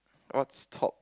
what's top